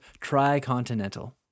Tri-Continental